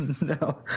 no